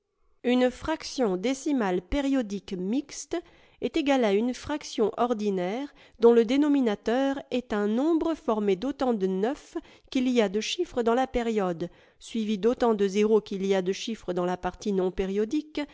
une fraction décimale périodique mixte est égale à une fraction ordinaire dont le dénomiteur est un nombre formé d'autant de qu'il y a de chiffres dans la période suivis d'autant de zéros qu'il y a de chiffres dans la partie non périodique